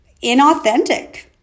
inauthentic